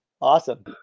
Awesome